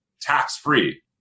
tax-free